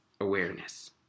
awareness